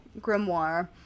grimoire